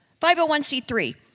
501c3